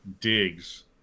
digs